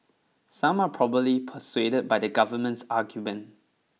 some are persuaded by the government's argument